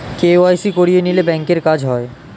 KYC করিয়ে নিলে ব্যাঙ্কের কাজ হয়